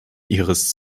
ihres